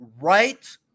right